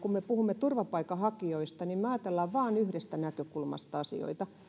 kun me puhumme turvapaikanhakijoista me ajattelemme vain yhdestä näkökulmasta asioita